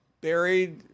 buried